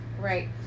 right